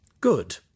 Good